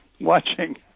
watching